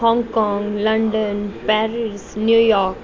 Hong Kong London Paris New York